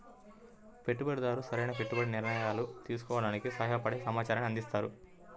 పెట్టుబడిదారు సరైన పెట్టుబడి నిర్ణయాలు తీసుకోవడానికి సహాయపడే సమాచారాన్ని అందిస్తారు